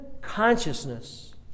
consciousness